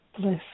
bliss